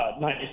nice